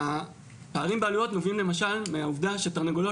הפערים בעלויות נובעים למשל מהעובדה שתרנגולות